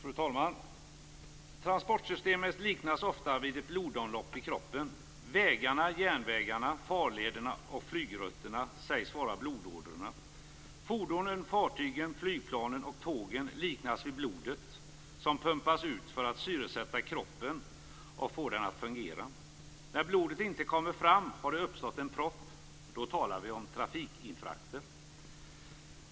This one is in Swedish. Fru talman! Transportsystemet liknas ofta vid blodomloppet i kroppen. Vägarna, järnvägarna, farlederna och flygrutterna sägs vara blodådrorna. Fordonen, fartygen, flygplanen och tågen liknas vid blodet som pumpas ut för att syresätta kroppen och få den att fungera. När blodet inte kommer fram har det uppstått en propp. Då talar vi om trafikinfarkter.